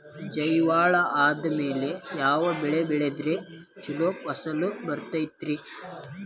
ಜ್ವಾಳಾ ಆದ್ಮೇಲ ಯಾವ ಬೆಳೆ ಬೆಳೆದ್ರ ಛಲೋ ಫಸಲ್ ಬರತೈತ್ರಿ?